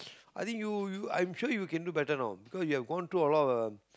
I think you you I am sure you can do better now because you have gone through a lot of um